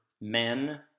men